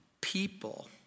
People